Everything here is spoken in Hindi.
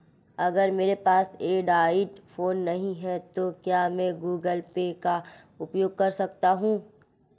अगर मेरे पास एंड्रॉइड फोन नहीं है तो क्या मैं गूगल पे का उपयोग कर सकता हूं?